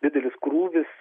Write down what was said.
didelis krūvis